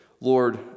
Lord